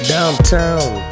Downtown